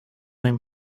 being